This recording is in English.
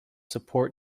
support